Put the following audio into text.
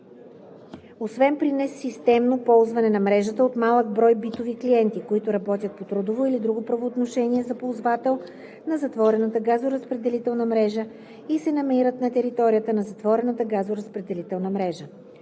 освен при несистемно ползване на мрежата от малък брой битови клиенти, които работят по трудово или друго правоотношение за ползвател на затворената газоразпределителна мрежа и се намират на територията на затворената газоразпределителна мрежа.